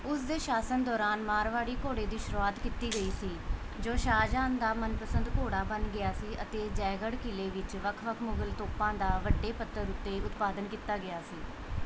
ਉਸ ਦੇ ਸ਼ਾਸਨ ਦੌਰਾਨ ਮਾਰਵਾੜੀ ਘੋੜੇ ਦੀ ਸ਼ੁਰੂਆਤ ਕੀਤੀ ਗਈ ਸੀ ਜੋ ਸ਼ਾਹਜਹਾਂ ਦਾ ਮਨਪਸੰਦ ਘੋੜਾ ਬਣ ਗਿਆ ਸੀ ਅਤੇ ਜੈਗੜ੍ਹ ਕਿਲ੍ਹੇ ਵਿੱਚ ਵੱਖ ਵੱਖ ਮੁਗਲ ਤੋਪਾਂ ਦਾ ਵੱਡੇ ਪੱਧਰ ਉੱਤੇ ਉਤਪਾਦਨ ਕੀਤਾ ਗਿਆ ਸੀ